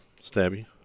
Stabby